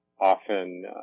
often